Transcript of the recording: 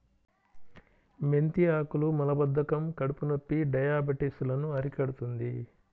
మెంతి ఆకులు మలబద్ధకం, కడుపునొప్పి, డయాబెటిస్ లను అరికడుతుంది